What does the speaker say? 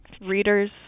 readers